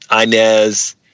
Inez